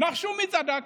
נחשו מי צדק?